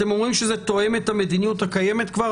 אתם אומרים שזה תואם את המדיניות הקיימת כבר,